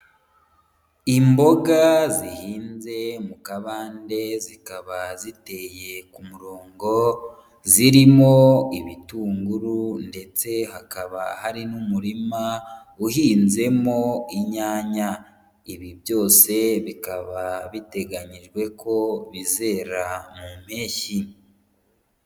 Imboga zihinze mu kabande zikaba ziteye ku murongo zirimo ibitunguru ndetse hakaba hari n'umurima uhinzemo inyanya. Ibi byose bikaba biteganyijwe ko bizera mu mpeshyi.